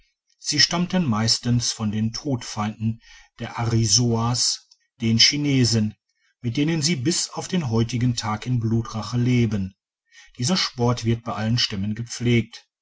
sie stammten meist von den todfeinden der arisoas den chinesen mit denen sie bis auf den heutigen tag in blutrache leben dieser sport wird bei allen stämmen gepflegt